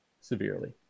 severely